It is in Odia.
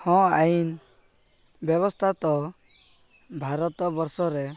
ହଁ ଆଇନ ବ୍ୟବସ୍ଥା ତ ଭାରତ ବର୍ଷରେ